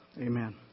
Amen